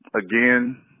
Again